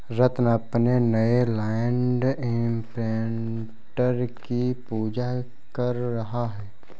रत्न अपने नए land imprinter की पूजा कर रहा है